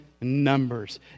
numbers